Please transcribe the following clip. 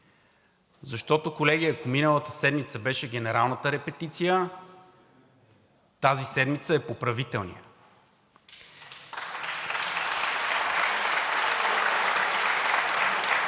Защото, колеги, ако миналата седмица беше генералната репетиция, тази седмица е поправителният.